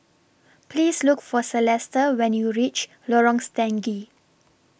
Please Look For Celesta when YOU REACH Lorong Stangee